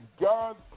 God